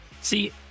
See